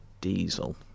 diesel